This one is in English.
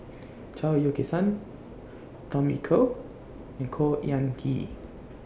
Chao Yoke San Tommy Koh and Khor Ean Ghee